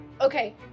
Okay